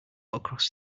across